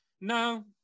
no